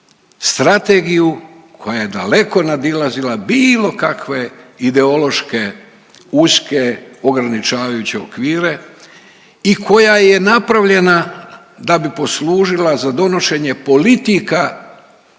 strategiju koja je daleko nadilazila bilo kakve ideološke uske ograničavajuće okvire i koja je napravljena da bi poslužila za donošenje politika